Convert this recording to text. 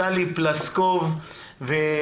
טלי פלסקוב יהיו חברים.